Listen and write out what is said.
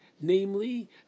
namely